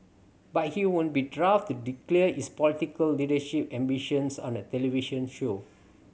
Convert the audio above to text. but he would be daft to declare his political leadership ambitions on a television show